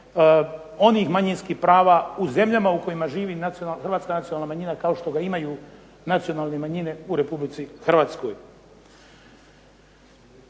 onih manjinskih prava u zemljama u kojima živi Hrvatska nacionalna manjina kao što ga imaju nacionalne manjine u Republici Hrvatskoj.